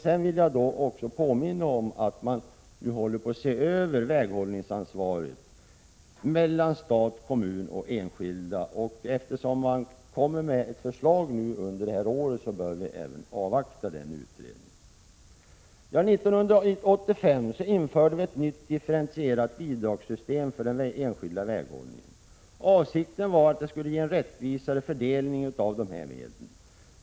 Jag vill också påminna om att man håller på att se över hur väghållningsansvaret skall fördelas mellan stat, kommun och enskilda, och eftersom ett förslag skall komma under detta år bör vi avvakta det. År 1985 införde vi ett nytt differentierat bidragssystem för den enskilda väghållningen. Avsikten var att det skulle ge en rättvisare fördelning av medlen.